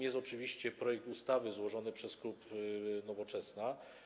Jest oczywiście projekt ustawy złożony przez klub Nowoczesna.